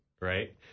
right